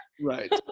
Right